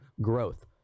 growth